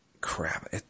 Crap